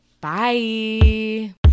Bye